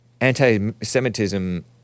anti-Semitism